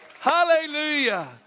Hallelujah